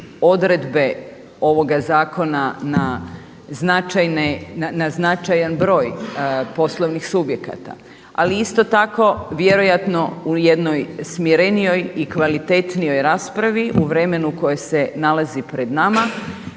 odredbe ovoga zakona na značajan broj poslovnih subjekata, ali isto tako vjerojatno u jednoj smirenijoj i kvalitetnoj raspravi u vremenu koje se nalazi pred nama